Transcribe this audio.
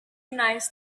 nice